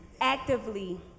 actively